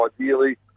ideally